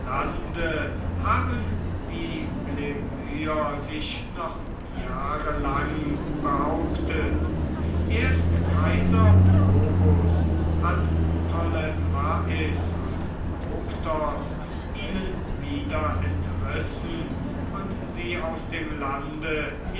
haben die blemyer sich noch jahrelang behauptet erst kaiser probus hat ptolemais und koptos ihnen wieder entrissen und sie aus dem lande